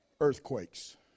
earthquakes